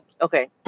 Okay